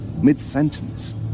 mid-sentence